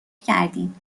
کردین